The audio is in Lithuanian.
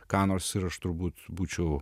ką nors ir aš turbūt būčiau